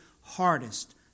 hardest